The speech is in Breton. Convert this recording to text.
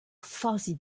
fazi